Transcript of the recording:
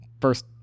first